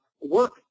work